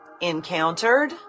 encountered